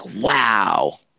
Wow